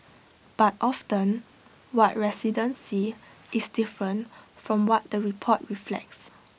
but often what residents see is different from what the report reflects